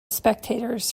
spectators